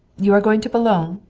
you are going to boulogne?